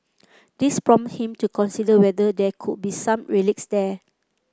this prompted him to consider whether there could be some relics there